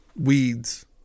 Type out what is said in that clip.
Weeds